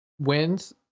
Wins